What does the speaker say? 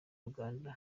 uganda